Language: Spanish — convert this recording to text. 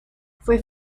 fue